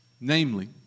namely